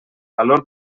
valor